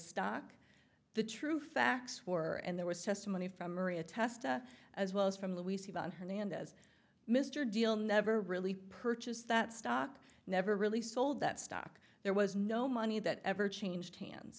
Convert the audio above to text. stock the true facts were and there was testimony from maria tester as well as from luis yvonne hernandez mr deal never really purchased that stock never really sold that stock there was no money that ever changed hands